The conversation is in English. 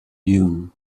dune